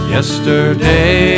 Yesterday